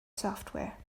software